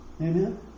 Amen